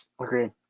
Agreed